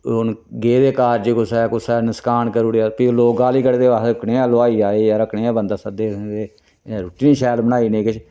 हून गेदे कारज कुसै कुसै नसकान करुड़ेआ केईं लोक गाली कड्ढदे ओह् आखदे कनेहा लोहाई हा एह् यरा कनेहा बंदा सद्देआ तू इन्नै रुट्टी नी शैल बनाई नेईं किश